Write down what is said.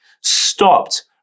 stopped